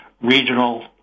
regional